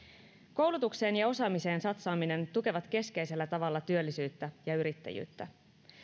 koulutukseen ja osaamiseen satsaaminen tukevat keskeisellä tavalla työllisyyttä ja yrittäjyyttä